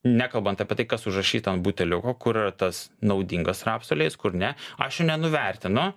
nekalbant apie tai kas užrašyta ant buteliuko kur tas naudingas rapsų aliejus kur ne aš jo nenuvertinu